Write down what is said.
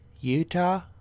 Utah